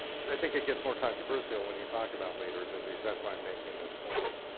because i think it gets more controversial when you talk about later disease. that's why i'm making this point.